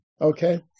okay